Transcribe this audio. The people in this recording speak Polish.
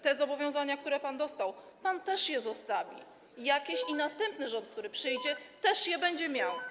Te zobowiązania, które pan dostał, pan też zostawi i następny rząd, który przyjdzie, też je będzie miał.